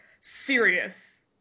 serious